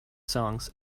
songs